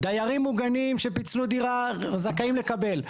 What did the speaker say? דיירים מוגנים שפיצלו דירה, זכאים לקבל.